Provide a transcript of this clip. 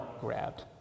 grabbed